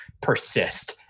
persist